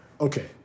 Okay